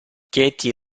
katie